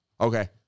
okay